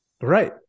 Right